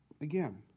again